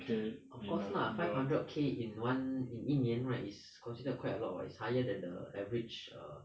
of course lah five hundred K in one in 一年 right is considered quite a lot what is higher than the average err